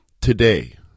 today